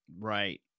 Right